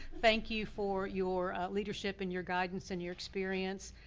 thank you for your leadership and your guidance and your experience,